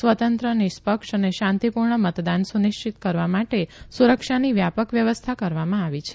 સ્વતંત્ર નિષા ક્ષ અને શાંતીપુર્ણ મતદાન સુનિશ્ચિત કરવા માટે સુરક્ષાની વ્યાા ક વ્યવસ્થા કરવામાં આવી છે